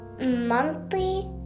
monthly